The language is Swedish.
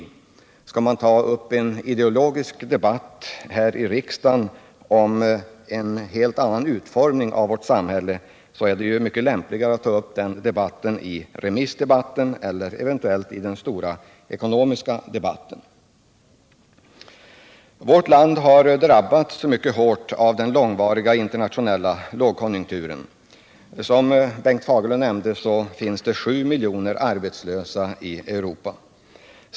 Skall man ta upp en ideologisk debatt här i riksdagen om en helt annan utformning av vårt samhälle, är det mycket lämpligare att ta upp en sådan diskussion i den allmänpolitiska debatten eller eventuellt i den stora ekonomiska debatten. Vårt land har mycket hårt drabbats av den långvariga internationella lågkonjunkturen. Som Bengt Fagerlund nämnde finns det 7 miljoner arbetslösa i Europa.